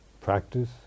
practice